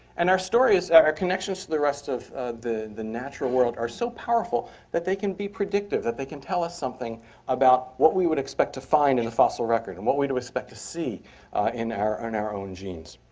and our stories, our our connections to the rest of the the natural world are so powerful that they can be predictive, that they can tell us something about what we would expect to find in the fossil record, and what we expect to see in our own our own genes.